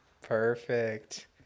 Perfect